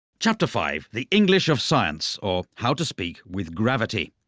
chapter five the english of science or how to speak with gravity.